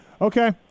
Okay